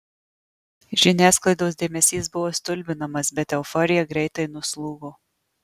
žiniasklaidos dėmesys buvo stulbinamas bet euforija greitai nuslūgo